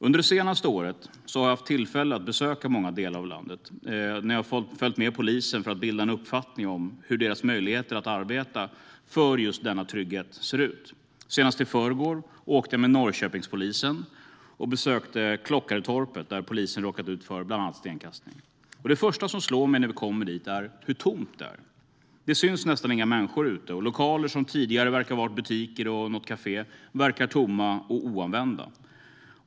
Under det senaste året har jag haft tillfälle att besöka många delar av landet och följt med polisen för att bilda mig en uppfattning om hur deras möjligheter att arbeta för just denna trygghet ser ut. Senast i förrgår åkte jag med Norrköpingspolisen och besökte Klockaretorpet, där polisen råkat ut för bland annat stenkastning. Det första som slår mig när vi kommer dit är hur tomt det är. Det syns nästan inga människor ute. Lokaler som tidigare har varit butiker eller ett kafé verkar tomma och oanvända.